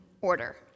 order